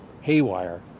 haywire